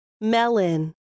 melon